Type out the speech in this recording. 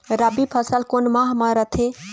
रबी फसल कोन माह म रथे?